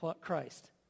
Christ